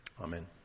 Amen